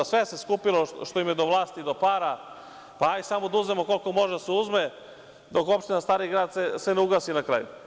Sve se skupilo što im je do vlasti, do para, pa hajde samo da uzmemo koliko može da se uzme, dok opština Stari grad se ne ugasi na kraju.